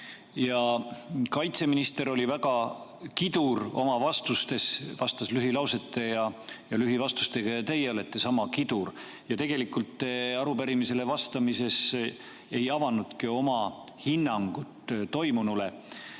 Kaitseminister oli väga kidur oma vastustes, vastas lühilausete ja lühivastustega, ja teie olete sama kidur. Tegelikult te arupärimisele vastamises ei avanudki oma hinnangut toimunule.